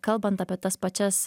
kalbant apie tas pačias